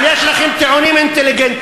אם יש לכם טיעונים אינטליגנטיים,